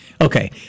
Okay